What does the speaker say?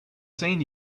seen